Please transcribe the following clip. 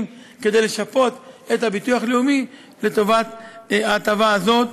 כדי לשפות את הביטוח הלאומי לטובת ההטבה הזאת.